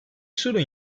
sorun